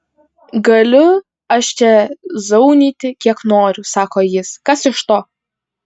galiu aš čia zaunyti kiek noriu sako jis kas iš to